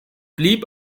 blieb